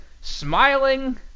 Smiling